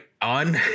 on